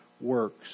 works